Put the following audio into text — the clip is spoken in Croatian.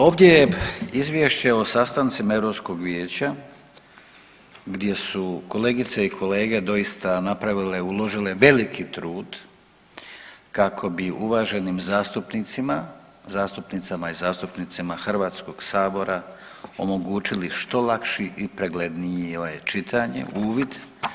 Ovdje je izvješće o sastancima Europskog vijeća gdje su kolegice i kolege doista napravile, uložile veliki trud kako bi uvaženim zastupnicima, zastupnicama i zastupnicima Hrvatskog sabora omogućili što lakši i preglednije čitanje, uvid.